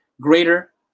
greater